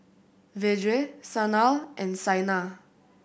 Vedre Sanal and Saina